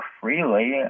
freely